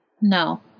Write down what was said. No